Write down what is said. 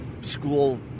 school